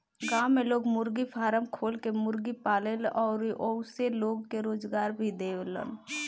गांव में लोग मुर्गी फारम खोल के मुर्गी पालेलन अउरी ओइसे लोग के रोजगार भी देलन